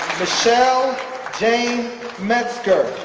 michele jane metzger,